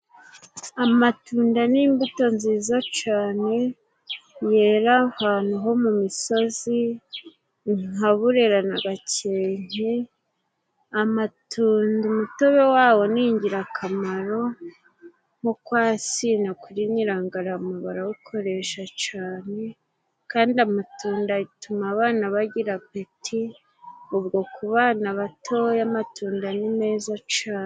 Amatunda n'imbuto nziza cane yera ahantu ho mu misozi nka burera na gakenke. Amatunda umutobe wawo ni ingirakamaro nko kwa sina kuri Nyirangarama barawukoresha cane kandi amatunda atuma abana bagira apeti ubwo ku bana batoya amatunda ni meza cane.